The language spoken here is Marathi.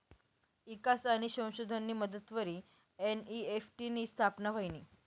ईकास आणि संशोधननी मदतवरी एन.ई.एफ.टी नी स्थापना व्हयनी